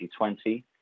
2020